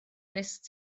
wnest